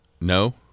No